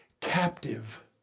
captive